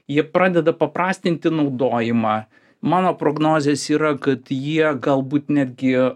jie pradeda paprastinti naudojimą mano prognozės yra kad jie galbūt netgi